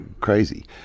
crazy